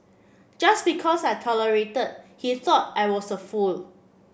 just because I tolerated he thought I was a fool